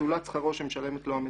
זולת שכרו שמשלמת לו המדינה'